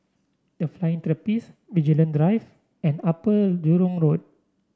The Flying Trapeze Vigilante Drive and Upper Jurong Road